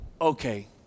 okay